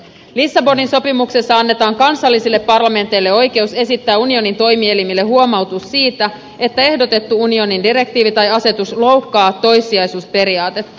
lissabonin sopimuksessa annetaan kansallisille parlamenteille oikeus esittää unionin toimielimille huomautus siitä että ehdotettu unionin direktiivi tai asetus loukkaa toissijaisuusperiaatetta